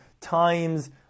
times